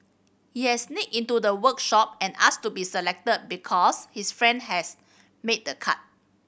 he had sneaked into the workshop and asked to be selected because his friend has made the cut